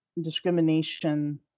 discrimination